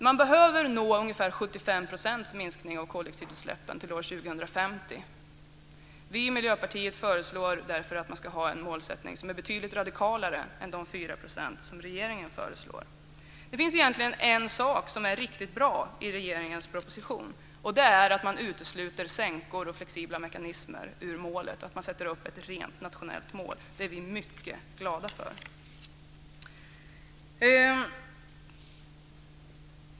Man behöver nå ungefär 75 % minskning av koldioxidutsläppen till år 2050. Vi i Miljöpartiet föreslår därför att man ska ha en målsättning som är betydligt radikalare än de 4 % som regeringen föreslår. Det finns egentligen en sak som är riktigt bra i regeringens proposition, och det är att man utesluter sänkor och flexibla mekanismer ur målet och sätter upp ett rent nationellt mål. Det är vi mycket glada för.